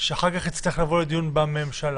שאחר כך יצטרך לבוא לדיון בממשלה.